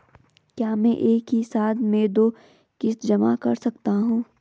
क्या मैं एक ही साथ में दो किश्त जमा कर सकता हूँ?